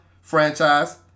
franchise